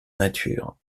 nature